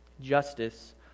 justice